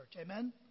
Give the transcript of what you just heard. Amen